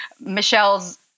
Michelle's